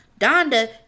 Donda